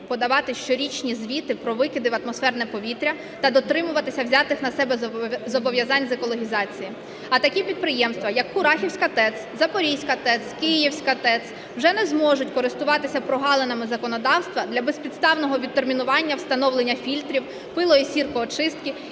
подавати щорічні звіти про викиди в атмосферне повітря та дотримуватися взятих на себе зобов'язань з екологізації. А такі підприємства, як Курахівська ТЕС, Запорізька ТЕС, Київська ТЕС вже не зможуть користуватися прогалинами законодавства для безпідставного відтермінування встановлення фільтрів, пило- і сіркоочистки